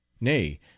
nay